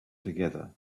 together